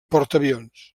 portaavions